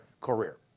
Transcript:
career